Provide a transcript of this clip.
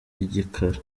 igikara